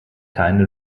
keine